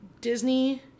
Disney